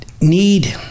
need